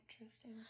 interesting